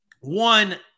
one